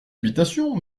habitation